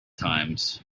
times